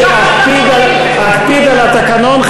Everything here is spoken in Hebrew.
אני אקפיד על התקנון,